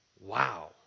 wow